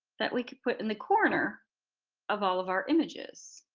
that we could put in the corner of all of our images.